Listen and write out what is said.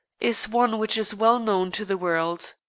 is one which is well known to the world.